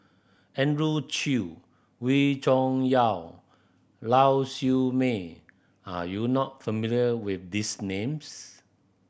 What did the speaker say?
Andrew Chew Wee Cho Yaw Lau Siew Mei are you not familiar with these names